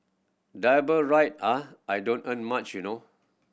double ride ah I don't earn much you know